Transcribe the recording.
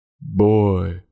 Boy